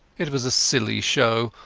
it was a silly show,